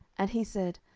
and he said,